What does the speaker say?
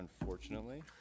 unfortunately